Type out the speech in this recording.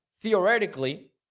theoretically